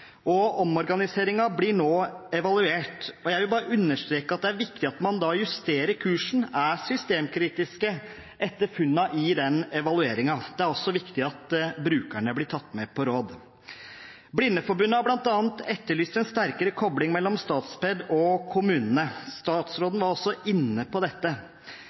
og omorganiseringen blir nå evaluert. Jeg vil understreke at det er viktig at man da justerer kursen og er systemkritisk etter funnene i den evalueringen, og det er også viktig at brukerne blir tatt med på råd. Blindeforbundet har bl.a. etterlyst en sterkere kobling mellom Statped og kommunene, og statsråden var også inne på dette.